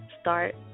start